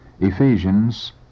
Ephesians